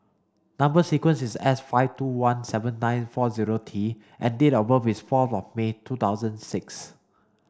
number sequence is S five two one seven nine four zero T and date of birth is four of May two thousand six